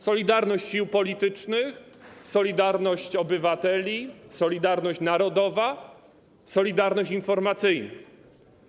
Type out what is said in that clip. Solidarność sił politycznych, solidarność obywateli, solidarność narodowa, solidarność informacyjna.